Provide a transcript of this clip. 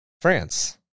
France